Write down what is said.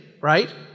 right